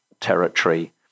territory